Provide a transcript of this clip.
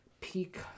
peak